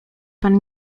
pan